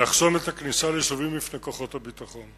לחסום את הכניסה ליישובים בפני כוחות הביטחון.